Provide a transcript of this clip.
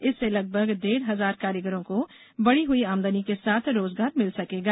इससे लगभग डेढ हजार कारीगरों को बढ़ी हई आमदनी के साथ रोजगार मिल सकेगा